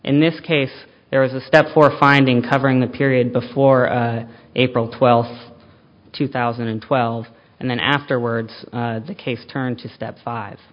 in this case there is a step for finding covering the period before april twelfth two thousand and twelve and then afterwards the case turn to step five